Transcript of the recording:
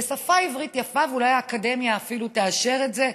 בשפה עברית יפה, ואולי האקדמיה אפילו תאשר את זה,